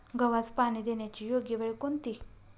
गव्हास पाणी देण्याची योग्य वेळ कोणती?